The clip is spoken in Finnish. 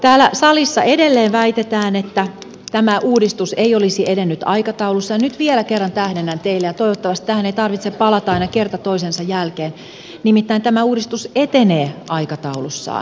täällä salissa edelleen väitetään että tämä uudistus ei olisi edennyt aikataulussaan ja nyt vielä kerran tähdennän teille ja toivottavasti tähän ei tarvitse palata aina kerta toisensa jälkeen että tämä uudistus etenee aikataulussaan